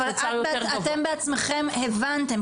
אתם בעצמכם הבנתם.